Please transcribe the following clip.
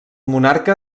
monarca